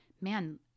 man